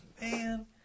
man